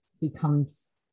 becomes